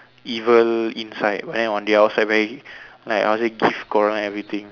evil inside but then on the outside very like how to say give Coraline everything